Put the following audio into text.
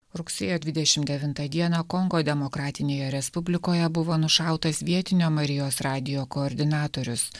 rugsėjo dvidešim devintą dieną kongo demokratinėje respublikoje buvo nušautas vietinio marijos radijo koordinatorius